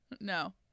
No